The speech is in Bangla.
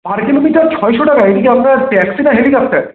পার কিলোমিটার ছয়শো টাকা এটা কি আপনার ট্যাক্সি না হেলিকপ্টার